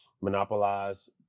monopolize